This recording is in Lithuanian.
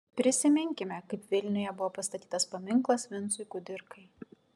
prisiminkime kaip vilniuje buvo pastatytas paminklas vincui kudirkai